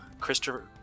Christopher